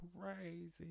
crazy